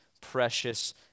precious